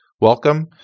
welcome